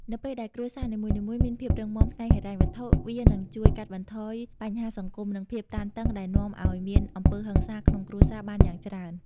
នៅពេលដែលគ្រួសារនីមួយៗមានភាពរឹងមាំផ្នែកហិរញ្ញវត្ថុ វានឹងជួយកាត់បន្ថយបញ្ហាសង្គម និងភាពតានតឹងដែលនាំឱ្យមានអំពើហិង្សាក្នុងគ្រួសារបានយ៉ាងច្រើន។